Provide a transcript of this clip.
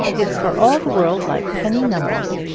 it's for all the world like penny numbers.